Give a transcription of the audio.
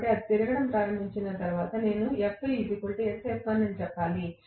కాబట్టి అది తిరగడం ప్రారంభించిన తర్వాత నేను చెప్పాలి